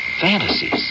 fantasies